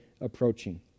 approaching